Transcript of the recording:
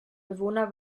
bewohner